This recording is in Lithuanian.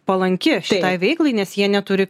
palanki šiai veiklai nes jie neturi